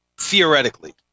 theoretically